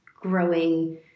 growing